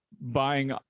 buying